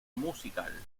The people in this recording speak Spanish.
musical